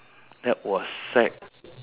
bio they will teach you about the